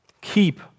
Keep